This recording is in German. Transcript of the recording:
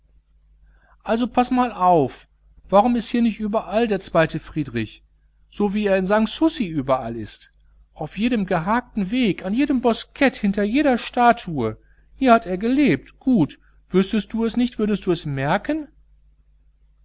also paß mal auf warum ist hier nicht überall der zweite friedrich so wie er in sanssouci überall ist auf jedem geharkten weg an jedem boskett hinter jeder statue hier hat er gelebt gut wüßtest du es nicht würdest du es merken